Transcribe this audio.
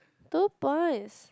two points